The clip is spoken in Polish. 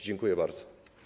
Dziękuję bardzo.